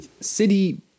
City